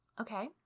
Okay